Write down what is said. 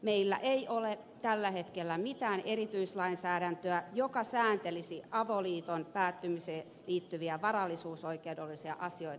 meillä ei ole tällä hetkellä mitään erityislainsäädäntöä joka sääntelisi avoliiton päättymiseen liittyviä varallisuusoikeudellisia asioita